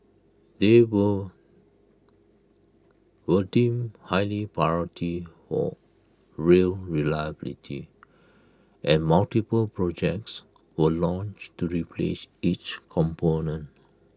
they were were deemed highly priority for rail reliability and multiple projects were launched to replace each component